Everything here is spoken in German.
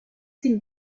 ziehen